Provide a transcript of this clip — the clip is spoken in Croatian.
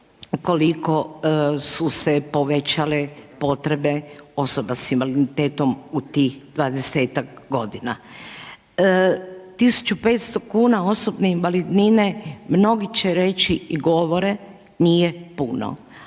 koliko su se povećale potrebe osobe s invaliditetom u tih 20-tak godina. 1500 kn osobne invalidnine, mnogi će reći i govore nije puno,